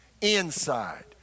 inside